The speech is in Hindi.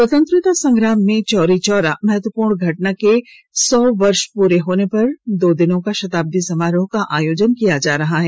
स्वतंत्रता संग्राम में चौरी चौरा महत्वपूर्ण घटना के सौ वर्ष पूरे होने पर दो दिन का शताब्दी समारोह का आयोजन किया जा रहा है